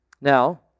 Now